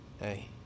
Hey